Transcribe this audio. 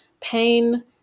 Pain